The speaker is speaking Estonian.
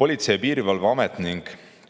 Politsei‑ ja Piirivalveamet ning